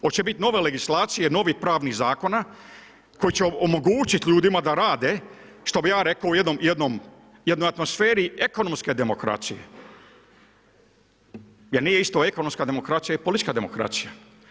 Hoće biti nove legislacije novih pravnih zakona koji će omogućiti ljudima da rade, što bi ja rekao u jednoj atmosferi ekonomske demokracije, jer nije isto ekonomska demokracija i politička demokracija.